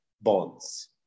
bonds